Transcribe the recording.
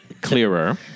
clearer